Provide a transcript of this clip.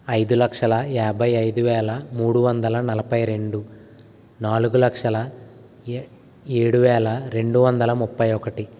ఐదు లక్షల యాభై ఐదువేల మూడు వందల నలభై రెండు నాలుగు లక్షల ఏడు వేల రెండు వందల ముప్పై ఒకటి